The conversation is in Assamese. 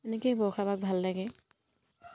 এনেকেই বৰষা বাক ভাল লাগে